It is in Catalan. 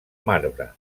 marbre